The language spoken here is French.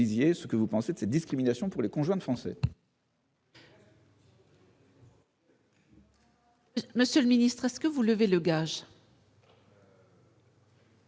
disiez ce que vous pensez de cette discrimination pour les conjoints de Français. Monsieur le ministre est-ce que vous levez le.